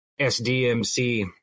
SDMC